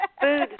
food